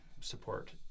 support